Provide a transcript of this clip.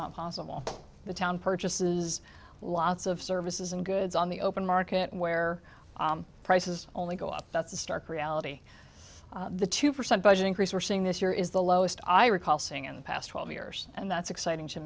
not possible the town purchases lots of services and goods on the open market where prices only go up that's a stark reality the two percent budget increase we're seeing this year is the lowest i recall seeing in the past twelve years and that's exciting to